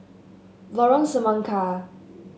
Lorong Semangka